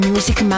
Music